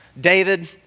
David